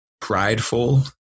prideful